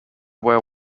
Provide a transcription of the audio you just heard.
where